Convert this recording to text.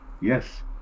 Yes